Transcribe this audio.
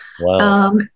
Wow